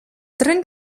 tren